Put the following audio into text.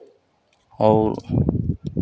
और